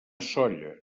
sóller